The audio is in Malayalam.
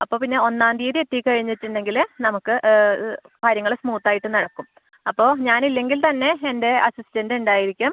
അപ്പോൾ പിന്നെ ഒന്നാം തീയതി എത്തി കഴിഞ്ഞിട്ടുണ്ടെങ്കിൽ നമുക്ക് കാര്യങ്ങൾ സ്മൂത്ത് ആയിട്ട് നടക്കും അപ്പോൾ ഞാൻ ഇല്ലെങ്കിൽ തന്നെ എൻ്റെ അസിസ്റ്റൻറ് ഉണ്ടായിരിക്കും